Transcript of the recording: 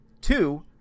Two